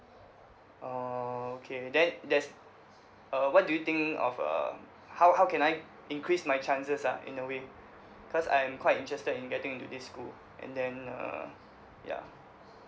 orh okay then there's err what do you think of uh how how can I increase my chances ah in a way cause I'm quite interested in getting into this school and then err ya